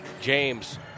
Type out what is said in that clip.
James